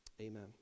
Amen